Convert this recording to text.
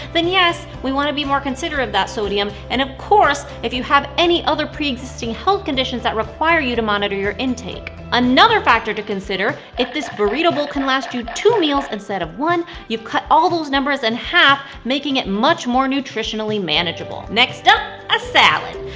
then yes, we want to be more considerate of that sodium. and, of course, if you have any other pre-existing health conditions that require you to monitor your intake. another factor to consider if this burrito bowl can last you two meals instead of one, you've cut all of those numbers in half, making it much more nutritionally manageable. next up a salad!